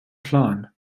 plan